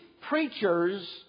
preachers